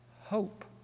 hope